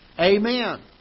Amen